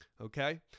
Okay